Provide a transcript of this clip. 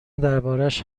دربارش